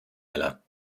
schneller